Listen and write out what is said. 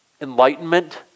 Enlightenment